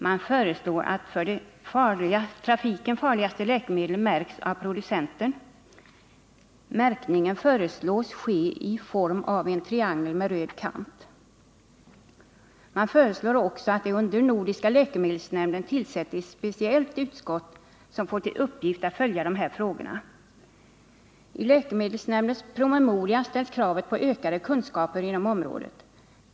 Man föreslår att de för trafiken farligaste läkemedlen märks av producenten, och märkningen föreslås ske i form av en triangel med röd kant. Man föreslår också att det under den nordiska läkemedelsnämnden tillsätts ett speciellt utskott, som får till uppgift att följa dessa frågor. I läkemedelsnämndens promemoria ställs krav på ökade kunskaper inom området.